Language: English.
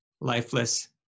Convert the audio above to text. lifeless